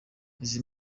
izi